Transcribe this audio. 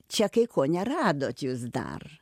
čia kai ko neradot jūs dar